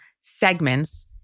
segments